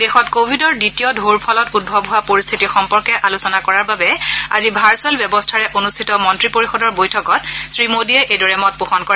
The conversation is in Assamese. দেশত কোৱিডৰ দ্বিতীয় টৌৰ ফলত উদ্ভৱ হোৱা পৰিস্থিতি সম্পৰ্কে আলোচনা কৰাৰ বাবে আজি ভাৰ্ছুৱেল ব্যৱস্থাৰে অনুষ্ঠিত মন্ত্ৰী পৰিযদৰ বৈঠকত শ্ৰী মোডীয়ে এইদৰে মত পোষণ কৰে